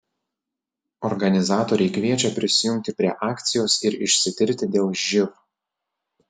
organizatoriai kviečia prisijungti prie akcijos ir išsitirti dėl živ